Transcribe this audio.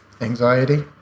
anxiety